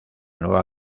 nueva